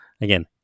again